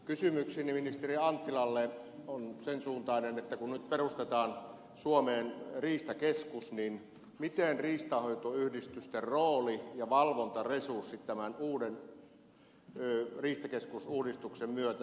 kysymykseni ministeri anttilalle on sen suuntainen että kun nyt perustetaan suomeen riistakeskus niin miten riistanhoitoyhdistysten rooli ja valvontaresurssit tämän uuden riistakeskus uudistuksen myötä vahvistuvat